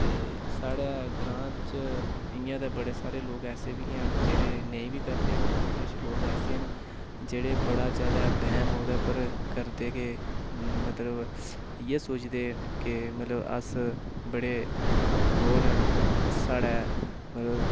ते साढ़ै ग्रांऽ च इयां ते बड़े सारे लोग ऐसे बी हैन जेह्ड़े नेईं बी करदे न पर किश लोक ऐसे न जेह्ड़े बड़ा ज्यादा बैह्म ओह्दे उप्पर करदे कि मतलब इयै सोचदे कि मतलब अस बड़े ओह् न साढ़ै मतलब